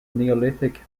neolithic